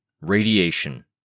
RADIATION